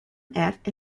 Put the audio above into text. act